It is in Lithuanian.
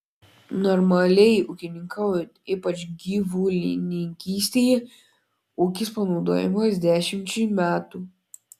normaliai ūkininkaujant ypač gyvulininkystėje ūkis planuojamas dešimčiai metų